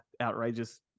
outrageous